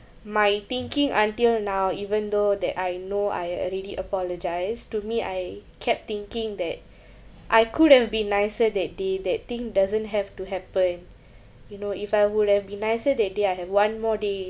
my thinking until now even though that I know I already apologised to me I kept thinking that I could've be nicer that day that thing doesn't have to happen you know if I would have be nicer that day I have one more day